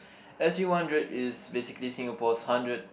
s_g one hundred is basically Singapore's hundred